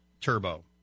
Turbo